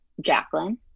Jacqueline